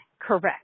Correct